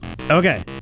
okay